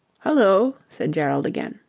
hullo! said gerald again.